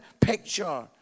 picture